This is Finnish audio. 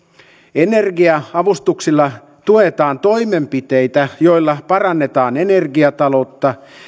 energia avustuksilla tuetaan toimenpiteitä joilla parannetaan energiataloutta